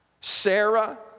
Sarah